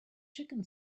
chicken